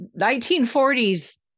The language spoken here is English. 1940s